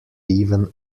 even